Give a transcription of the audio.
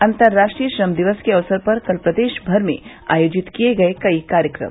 अतंर्राष्ट्रीय श्रम दिवस के अवसर पर कल प्रदेश भर में आयोजित किये गये कई कार्यक्रम